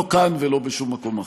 לא כאן ולא בשום מקום אחר.